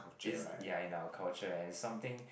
is ya in our culture and is something